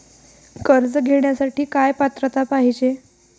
कर्ज घेण्यासाठी काय पात्रता पाहिजे?